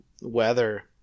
weather –